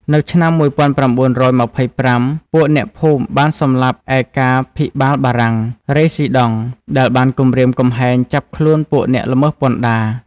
នៅឆ្នាំ១៩២៥ ពួកអ្នកភូមិបានសម្លាប់ឯកាភិបាលបារាំង រេស៊ី ដង់ ដែលបានគម្រាមកំហែងចាប់ខ្លួនពួកអ្នកល្មើសពន្ធដារ ។